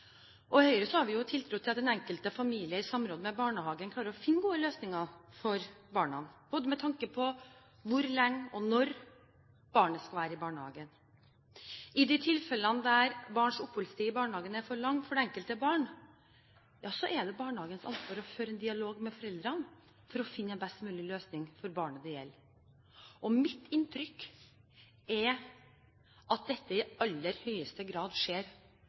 Høyre har vi tiltro til at den enkelte familie, i samråd med barnehagen, klarer å finne gode løsninger for barna, både med tanke på hvor lenge og når barnet skal være i barnehagen. I de tilfellene der barns oppholdstid i barnehagen er for lang for det enkelte barn, er det barnehagens ansvar å føre en dialog med foreldrene for å finne en best mulig løsning for barnet det gjelder. Mitt inntrykk er at dette i aller høyeste grad skjer,